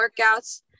workouts